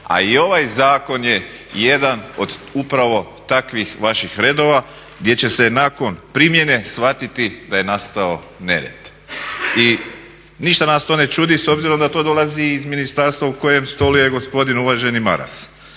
a i ovaj zakon je jedan od upravo takvih vaših redova gdje će se nakon primjene shvatiti da je nastao nered. I ništa nas to ne čudi s obzirom da to dolazi i iz ministarstva u kojem stoluje gospodin uvaženi Maras.